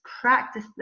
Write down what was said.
practice